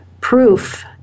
proof